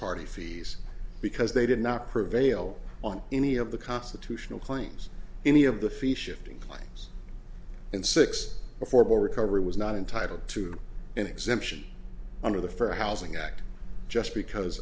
fees because they did not prevail on any of the constitutional claims any of the fee shifting plans in six affordable recovery was not entitled to an exemption under the fair housing act just because